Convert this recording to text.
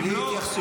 לאיפה את